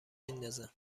میندازه